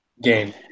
Game